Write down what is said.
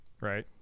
right